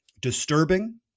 disturbing